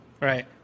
Right